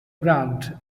brant